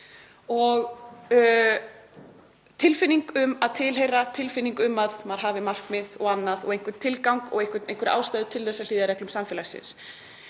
og tilfinning um að tilheyra, tilfinning um að maður hafi markmið og einhvern tilgang og einhverja ástæðu til að hlýða reglum samfélagsins.